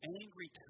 angry